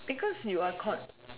because you are con~